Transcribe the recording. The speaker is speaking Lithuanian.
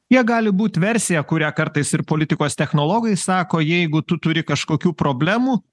jie gali būt versija kurią kartais ir politikos technologai sako jeigu tu turi kažkokių problemų